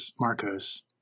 Marcos